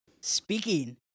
speaking